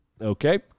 okay